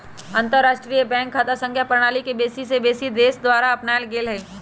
अंतरराष्ट्रीय बैंक खता संख्या प्रणाली के बेशी से बेशी देश द्वारा अपनाएल गेल हइ